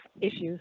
issues